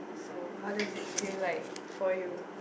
so how does it feel like for you